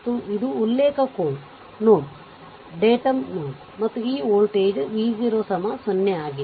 ಮತ್ತು ಇದು ಉಲ್ಲೇಖ ನೋಡ್ ಡೇಟಮ್ ನೋಡ್ ಮತ್ತು ಈ ವೋಲ್ಟೇಜ್ v 0 0